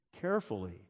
carefully